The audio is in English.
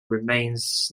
remains